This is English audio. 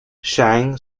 shang